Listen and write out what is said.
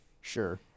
Sure